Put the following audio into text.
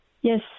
Yes